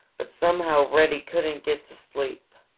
but somehow reddy couldn't get to sleep.